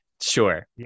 Sure